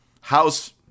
house